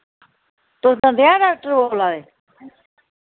तुस दंदे आह्ले डाक्टर ओ बोल्ला दे